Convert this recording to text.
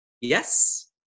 Yes